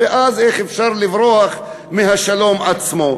ואז איך אפשר לברוח מהשלום עצמו.